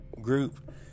group